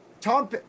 Tom